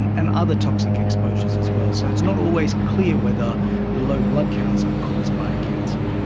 and and other toxic exposures as well. so it's not always clear whether the low blood counts are caused by a cancer.